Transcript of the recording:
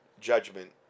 judgment